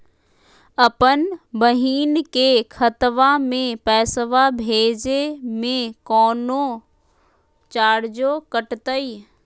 अपन बहिन के खतवा में पैसा भेजे में कौनो चार्जो कटतई?